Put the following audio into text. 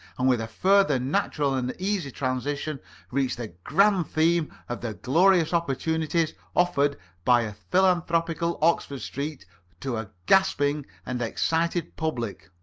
and with a further natural and easy transition reach the grand theme of the glorious opportunities offered by a philanthropical oxford street to a gasping and excited public.